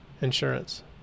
Insurance